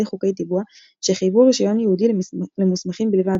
חוקי טיבוע שחייבו רישיון ייעודי למוסמכים בלבד,